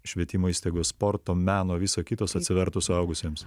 švietimo įstaigos sporto meno viso kitos atsivertų suaugusiems